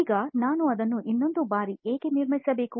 ಈಗ ನಾವು ಅದನ್ನು ಇನ್ನೊಂದು ಬಾರಿ ಏಕೆ ನಿರ್ಮಿಸಬೇಕು